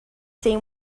tem